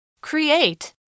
Create